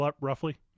roughly